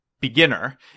beginner